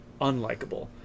unlikable